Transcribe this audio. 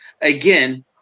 Again